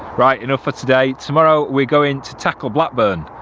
right enough for today, tomorrow we're going to tackle blackburn.